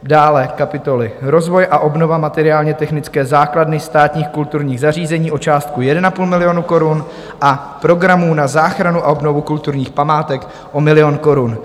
Dále kapitoly Rozvoj a obnova materiálně technické základny státních kulturních zařízení o částku 1,5 milionu korun a Programů na záchranu a obnovu kulturních památek o milion korun.